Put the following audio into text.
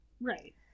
Right